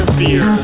fear